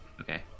Okay